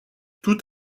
tout